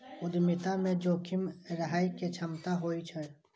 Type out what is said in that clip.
उद्यमिता मे जोखिम सहय के क्षमता होइ छै